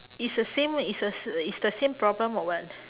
is the same way is a s~ is the same problem or what